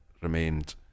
remained